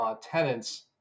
tenants